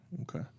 Okay